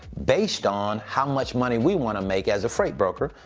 based on how much money we wanna make as a freight broker,